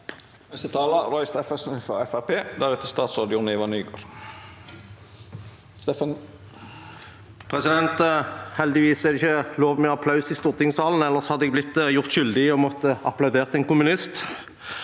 Heldigvis er det ikke lov med applaus i stortingssalen, ellers hadde jeg gjort meg skyldig i å måtte applaudere en kommunist.